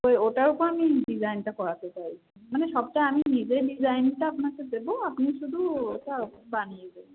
ওই ওটার উপর আমি ডিজাইনটা করাতে চাই মানে সবটা আমি নিজে ডিজাইনটা আপনাকে দেবো আপনি শুধু ওটা বানিয়ে দেবেন